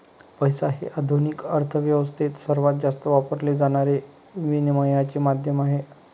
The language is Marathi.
पैसा हे आधुनिक अर्थ व्यवस्थेत सर्वात जास्त वापरले जाणारे विनिमयाचे माध्यम आहे